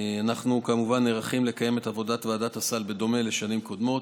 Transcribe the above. אנחנו כמובן נערכים לקיים את עבודת ועדת הסל בדומה לשנים קודמות.